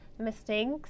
mistakes